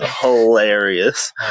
hilarious